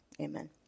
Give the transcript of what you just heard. Amen